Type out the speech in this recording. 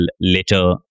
later